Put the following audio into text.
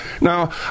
Now